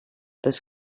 this